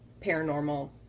paranormal